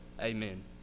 amen